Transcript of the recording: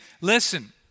listen